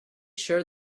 sure